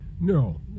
No